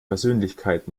persönlichkeit